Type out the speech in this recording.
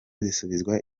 zisubizwa